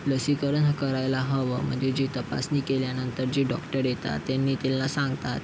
लसीकरण करायला हवं म्हणजे जे तपासणी केल्यानंतर जे डॉक्टर येतात त्यांनी त्यांना सांगतात